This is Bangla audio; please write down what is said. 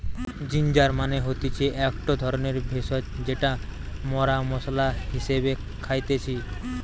জিঞ্জার মানে হতিছে একটো ধরণের ভেষজ যেটা মরা মশলা হিসেবে খাইতেছি